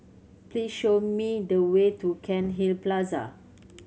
please show me the way to Cairnhill Plaza